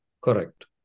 Correct